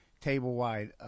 table-wide